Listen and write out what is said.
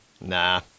Nah